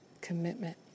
Commitment